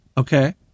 Okay